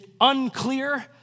unclear